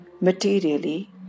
materially